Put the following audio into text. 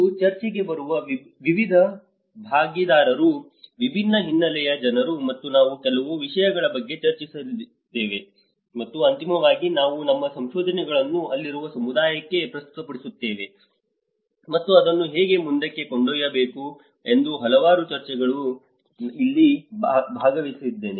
ಮತ್ತು ಚರ್ಚೆಗೆ ಬರುವ ವಿವಿಧ ಭಾಗಿದಾರರು ವಿವಿಧ ಹಿನ್ನೆಲೆಯ ಜನರು ಮತ್ತು ನಾವು ಕೆಲವು ವಿಷಯಗಳ ಬಗ್ಗೆ ಚರ್ಚಿಸಿದ್ದೇವೆ ಮತ್ತು ಅಂತಿಮವಾಗಿ ನಾವು ನಮ್ಮ ಸಂಶೋಧನೆಗಳನ್ನು ಅಲ್ಲಿರುವ ಸಮುದಾಯಕ್ಕೆ ಪ್ರಸ್ತುತಪಡಿಸುತ್ತೇವೆ ಮತ್ತು ಅದನ್ನು ಹೇಗೆ ಮುಂದಕ್ಕೆ ಕೊಂಡೊಯ್ಯಬೇಕು ಎಂದು ಹಲವಾರು ಚರ್ಚೆಗಳಲ್ಲಿ ನಾನು ಭಾಗವಹಿಸಿದ್ದೇನೆ